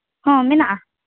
ᱦᱚᱸ ᱢᱮᱱᱟᱜᱼᱟ